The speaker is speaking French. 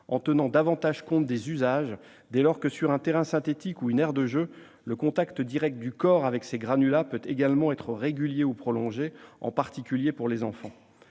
en tenant davantage compte des usages, dès lors que, sur un terrain synthétique ou une aire de jeu, le contact direct du corps avec ces granulats peut également être régulier ou prolongé, en particulier pour les enfants.